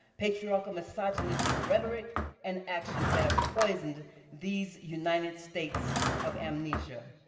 patriarchal, misogynistic rhetoric and actions that have poisoned these united states of amnesia.